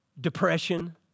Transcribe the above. Depression